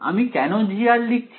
আমি কেন G লিখছি